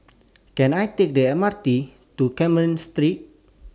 Can I Take The M R T to Carmen Street